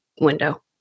window